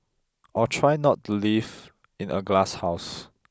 or try not to live in a glasshouse